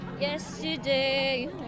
Yesterday